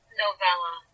novella